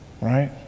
Right